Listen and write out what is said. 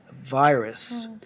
virus